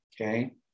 okay